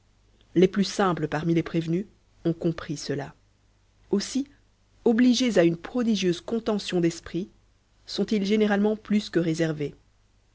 les plus simples parmi les prévenus ont compris cela aussi obligés à une prodigieuse contention d'esprit sont-ils généralement plus que réservés